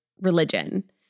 religion